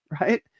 Right